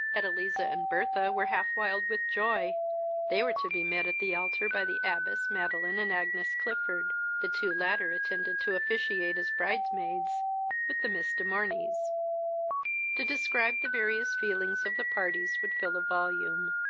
edeliza and bertha were half wild with joy they were to be met at the altar by the abbess, madeline, and agnes clifford the two latter intended to officiate as bride-maids with the miss de morneys to describe the various feelings of the parties would fill a volume.